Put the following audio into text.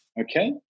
okay